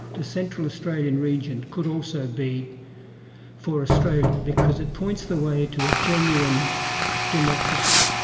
the central australian region could also be for australia because it points the way to a genuine democracy,